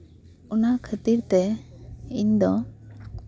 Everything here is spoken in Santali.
ᱚᱱᱟ ᱠᱷᱟᱹᱛᱤᱨ ᱛᱮ ᱤᱧ ᱫᱚ